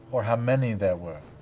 or how many there were?